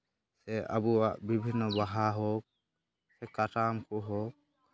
ᱟᱵᱚᱣᱟᱜ ᱵᱤᱵᱷᱤᱱᱱᱚ ᱵᱟᱦᱟ ᱦᱳᱠ ᱠᱟᱨᱟᱢ ᱠᱚ ᱦᱳᱠ